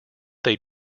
they